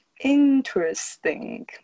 interesting